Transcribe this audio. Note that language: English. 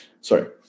sorry